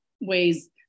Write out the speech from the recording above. ways